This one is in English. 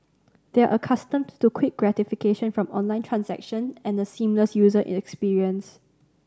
they are accustomed to quick gratification from online transaction and a seamless user experience